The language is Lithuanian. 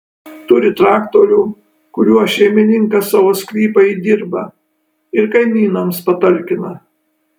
turi traktorių kuriuo šeimininkas savo sklypą įdirba ir kaimynams patalkina